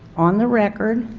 on the record,